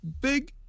Big